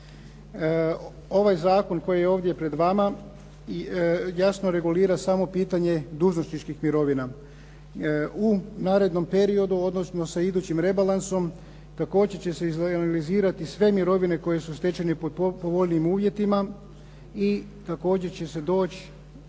Ovaj zakon koji je ovdje pred vama i jasno regulira samo pitanje dužnosničkih mirovina. U narednom periodu, odnosno sa idućim rebalansom također se izanalizirati sve mirovine koje su stečene pod povoljnijim uvjetima i također će se doći